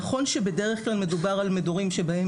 נכון שבדרך כלל מדובר על מדורים בהם